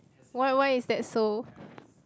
why why is that so